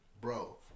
Bro